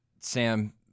Sam